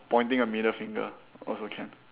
pointing a middle finger also can